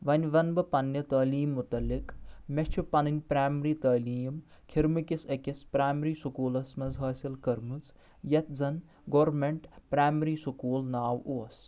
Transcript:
وۄنۍ ونہٕ بہٕ پننہِ تعلیٖم متعلِق مےٚ چھِ پنٕنۍ پرایمری تعلیٖم کھرمہٕ کِس أکس پرایمری سکوٗلس منٛز حاصل کرمٕژ یتھ زن گورنمینٹ پرایمری سکوٗل ناو اوس